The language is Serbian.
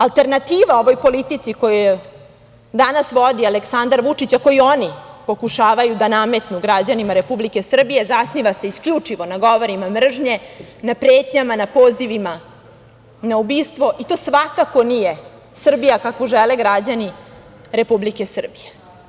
Alternativa ovoj politici koju danas vodi Aleksandar Vučić, a koju oni pokušavaju da nametnu građanima Republike Srbije, zasniva se isključivo na govorima mržnje, na pretnjama, na pozivima na ubistvo i to svakako nije Srbija kakvu žele građani Republike Srbije.